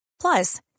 Plus